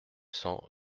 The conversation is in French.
cents